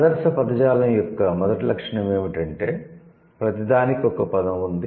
ఆదర్శ పదజాలం యొక్క మొదటి లక్షణం ఏమిటంటే ప్రతిదానికీ ఒక పదం ఉంది